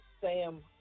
Sam